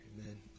Amen